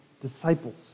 disciples